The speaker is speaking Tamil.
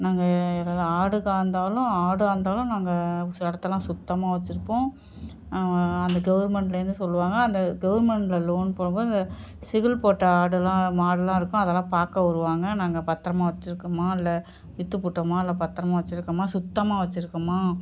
நாங்க ஆடுக்கா இருந்தாலும் ஆடாக இருந்தாலும் நாங்கள் சு இடத்தலாம் சுத்தமாக வைச்சுருப்போம் அந்த கவர்மெண்ட்லேருந்து சொல்லுவாங்க அந்த கவுர்மெண்டில் லோன் போடும் போது அந்த சிகுல் போட்ட ஆடெலாம் மாடெலாம் இருக்கும் அதெல்லாம் பார்க்க வருவாங்க நாங்கள் பத்திரமா வைச்சுருக்கோமா இல்லை விற்றுப்புட்டமா இல்லை பத்திரமா வைச்சுருக்கமா சுத்தமாக வைச்சுருக்கமா